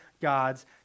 God's